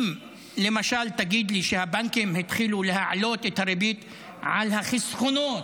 אם למשל תגיד לי שהבנקים התחילו להעלות את הריבית על החסכונות,